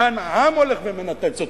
כאן העם הולך ומנפץ אותו,